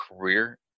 career